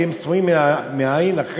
כי הם סמויים מין העין.